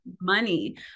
money